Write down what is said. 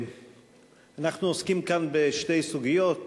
אנחנו עוסקים כאן בשתי סוגיות,